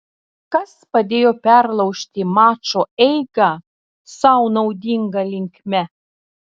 kas padėjo perlaužti mačo eigą sau naudinga linkme